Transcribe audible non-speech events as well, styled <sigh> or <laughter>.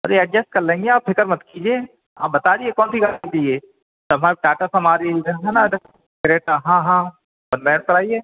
अरे एडजस्ट कर लेंगे आप फ़िक्र मत कीजिए आप बताइए कौन सी गाड़ी चाहिए समर टाटा समारी है ना टेरेटा हाँ हाँ <unintelligible> कराइए